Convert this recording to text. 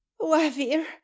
Wavir